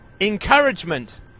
encouragement